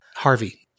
Harvey